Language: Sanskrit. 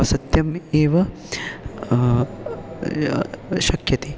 सत्यम् मे एव शक्यते